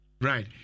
Right